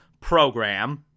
program